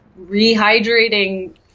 rehydrating